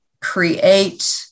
create